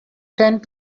tend